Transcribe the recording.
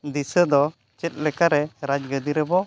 ᱫᱤᱥᱟᱹ ᱫᱚ ᱪᱮᱫ ᱞᱮᱠᱟᱨᱮ ᱨᱟᱡᱽ ᱜᱚᱫᱤᱨᱮᱵᱚ